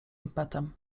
impetem